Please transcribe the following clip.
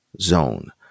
zone